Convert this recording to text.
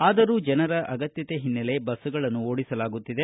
ಆದರೂ ಜನರ ಅಗತ್ಯತೆ ಹಿನ್ನಲೆ ಬಸ್ಗಳನ್ನು ಓಡಿಸಲಾಗುತ್ತಿದೆ